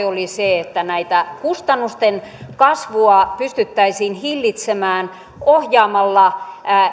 oli se että kustannusten kasvua pystyttäisiin hillitsemään ohjaamalla